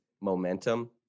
momentum